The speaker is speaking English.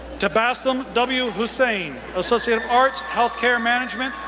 tabbassum w. husain, associate of arts, health care management,